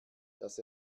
dass